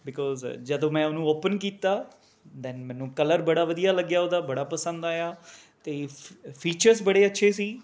because ਜਦੋਂ ਮੈਂ ਉਹ ਨੂੰ ਓਪਨ ਕੀਤਾ ਦੈਨ ਮੈਨੂੰ ਕਲਰ ਬੜਾ ਵਧੀਆ ਲੱਗਿਆ ਉਹਦਾ ਬੜ੍ਹਾ ਪਸੰਦ ਆਇਆ ਅਤੇ ਫੀ ਫੀਚਰਸ ਬੜ੍ਹੇ ਅੱਛੇ ਸੀ